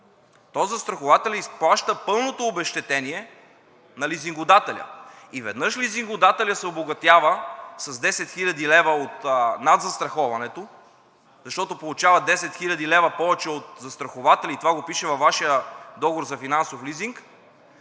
то застрахователят изплаща пълното обезщетение на лизингодателя. Веднъж лизингодателят се обогатява с 10 хил. лв. от надзастраховането, защото получава 10 хил. лв. повече от застрахователя и това го пише във Вашия договор за финансов лизинг,